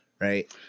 Right